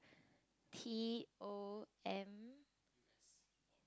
T O M